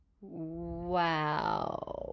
Wow